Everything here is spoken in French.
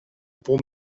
pour